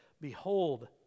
Behold